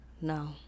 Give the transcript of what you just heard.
no